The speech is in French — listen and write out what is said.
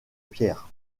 pierres